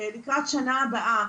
לקראת שנה הבאה,